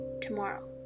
tomorrow